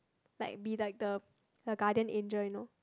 like be like the guardian angel you know